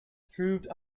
proved